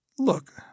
Look